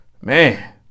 man